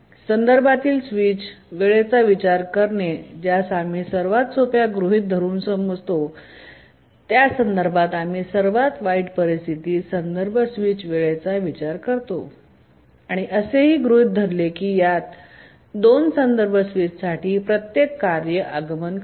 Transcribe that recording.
संदर्भातील स्विच वेळेचा विचार करणे ज्यास आम्ही सर्वात सोप्या गृहित धरून समजतो ज्या संदर्भात आम्ही सर्वात वाईट परिस्थिती संदर्भ स्विच वेळेत विचार करतो आणि असेही गृहित धरले की या 2 संदर्भ स्विचसाठी प्रत्येक कार्य आगमन करते